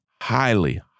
highly